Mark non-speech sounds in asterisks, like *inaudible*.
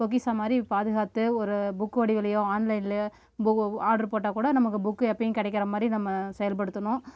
பொக்கிஷம் மாதிரி பாதுகாத்து ஒரு புக்கு வடிவிலையோ ஆன்லைன்லேயோ *unintelligible* ஆட்ரு போட்டால் கூட நமக்கு புக்கு எப்போயும் கிடைக்கிற மாதிரி நம்ம செயல்படுத்தணும்